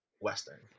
western